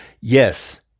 yes